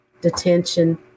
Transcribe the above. detention